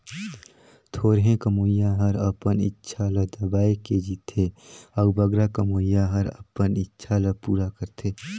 थोरहें कमोइया हर अपन इक्छा ल दबाए के जीथे अउ बगरा कमोइया हर अपन इक्छा ल पूरा करथे